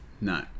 No